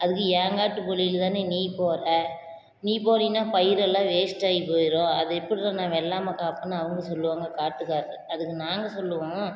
அதுக்கு எங்காட்டு குழியில் தான் நீ போறே நீ போனின்னால் பயிரெல்லாம் வேஸ்டாகி போயிடும் அது எப்பிட்றா நான் வெள்ளாமை காக்கணுன் அவங்க சொல்லுவாங்க காட்டுக்காரர் அதுக்கு நாங்கள் சொல்லுவோம்